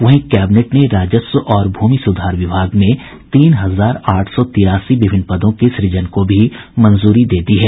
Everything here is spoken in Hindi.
वहीं कैबिनेट ने राजस्व और भूमि सुधार विभाग में तीन हजार आठ सौ तिरासी विभिन्न पदों के सुजन को भी मंजूरी दे दी है